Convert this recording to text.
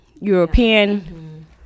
European